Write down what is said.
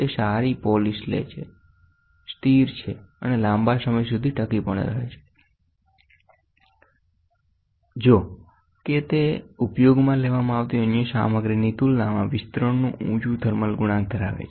તે સારી પોલિશ લે છે સ્થિર છે અને લાંબા સમય સુધી ટકી રહે છે જો કે તે ઉપયોગમાં લેવામાં આવતી અન્ય સામગ્રીની તુલનામાં વિસ્તરણનું ઉચું થર્મલ ગુણાંક ધરાવે છે